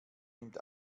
nimmt